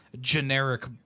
generic